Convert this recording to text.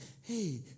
hey